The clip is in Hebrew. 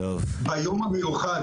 ביום המיוחד,